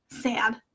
sad